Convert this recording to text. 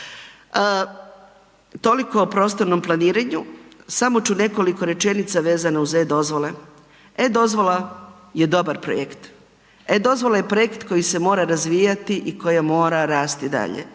Toliko o prostornom planiranju, samo ću nekoliko rečenica vezano uz e-dozvole. E-dozvola je dobar projekt, e-dozvola je projekt koji se mora razvijati i koji rasti dalje,